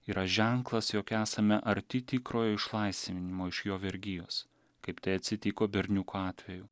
yra ženklas jog esame arti tikrojo išlaisvinimo iš jo vergijos kaip tai atsitiko berniuko atveju